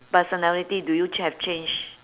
personality do you ch~ have change